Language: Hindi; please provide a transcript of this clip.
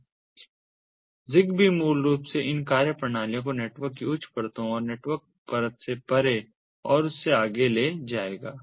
ZigBee मूल रूप से इन कार्यप्रणालियों को नेटवर्क की उच्च परतों और नेटवर्क परत से परे और उससे आगे ले जाएगा